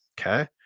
okay